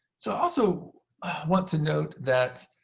so i also want to note that